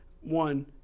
one